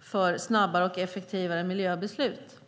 för snabbare och effektivare miljöbeslut.